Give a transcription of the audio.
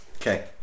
okay